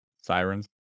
sirens